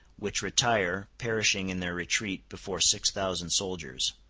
which retire, perishing in their retreat, before six thousand soldiers.